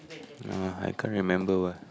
ah I can't remember what